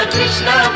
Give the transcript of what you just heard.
Krishna